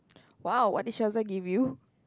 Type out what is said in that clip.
!wow! what did Chelsea give you